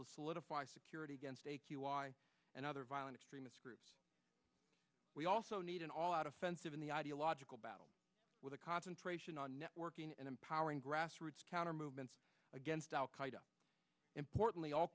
to solidify security against another violent extremist groups we also need an all out offensive in the ideological battle with a concentration on networking and empowering grassroots counter movements against al qaida importantly all